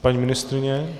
Paní ministryně?